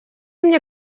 мне